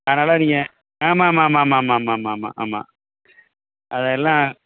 அதனால நீங்கள் ஆமாம் ஆமாம் ஆமாம் ஆமாம் ஆமாம் ஆமாம் ஆமாம் ஆமாம் அதை எல்லாம்